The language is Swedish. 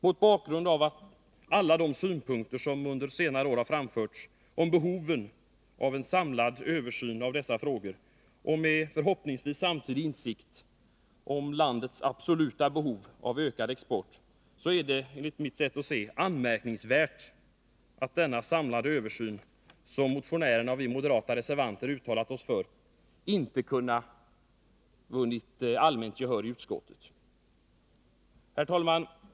Mot bakgrund av alla de synpunkter som under senare år har framförts om behovet av en samlad översyn av dessa frågor och med, förhoppningsvis, insikt om landets absoluta behov av ökad export är det anmärkningsvärt att motionärernas yrkande inte.har vunnit allmänt gehör i utskottet. Herr talman!